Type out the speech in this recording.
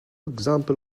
example